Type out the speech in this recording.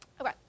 Okay